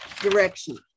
direction